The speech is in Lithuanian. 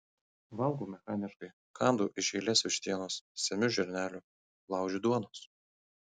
valgau mechaniškai kandu iš eilės vištienos semiu žirnelių laužiu duonos